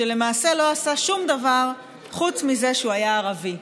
שלמעשה לא עשה שום דבר חוץ מזה שהוא היה ערבי.